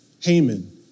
Haman